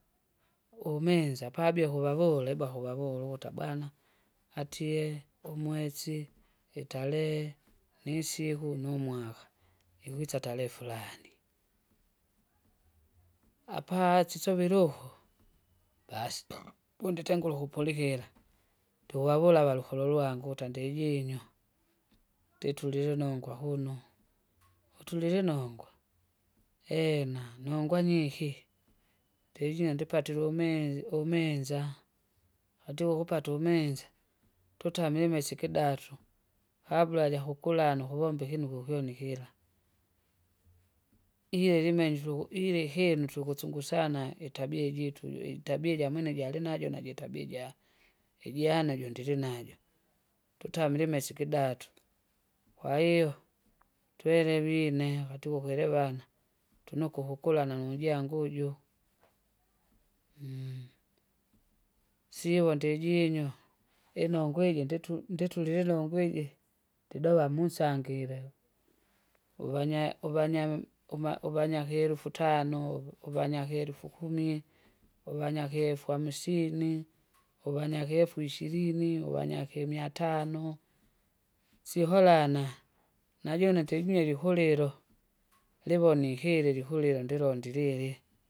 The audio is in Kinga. Uminza pabie ukuvavule ibakuvavule ukuta bwana, atie umwesi, itarehe, nisiku, numwaka, ikwisa tarehe furani. Apaa sisovile uho, basi vunditengure ukupulikira, ndiuvavula avalokolo lwangu ukuta ndijinya, nditulile inongwa kuno, utulile inongwa? Ena nongwa nyiki? Ndijine ndipatile uminzi- uminza, patie ukupata umenza, tutame imesi ikidatu, kabla jukukulana ukuvomba ikinuku kyoni kila. Iyeli imenyu tuku ilikindu tuku sungusana itabia ijitu uju itabia jamwene jalinajo najitbia ijaa- ijanajo ndilinajo, tutamile imisi ikidato. Kwahiyo, twenevine vatiko kilivana, tunoku ukulana nujangu uju, sivo ndijinywa, inongwa iji nditu- nditulie inongwa iji, ndidova musangire, uvanya- uvanyam- uma- uvanya kaelufu tano uvi- uvanya kaelufu kumi, uvanya kaelufu hamsini, uvanya kaefu ishirini, uvanya kimiatano. Siokalana, najune ndinywili ukulilo, ndivonikile likuniila ndilondilili.